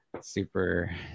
super